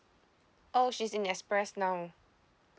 oh she's in express now